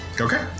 Okay